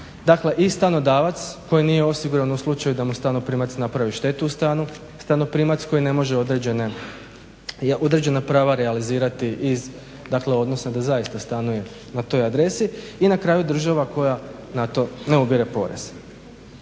dakle i stanodavac koji nije osiguran u slučaju da mu stanoprimac napravi štetu u stanu, stanoprimac koji ne može određena prava realizirati iz odnosa da zaista stanuje na toj adresi i na kraju država koja na to ne ubire porez.